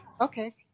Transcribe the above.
okay